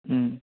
हं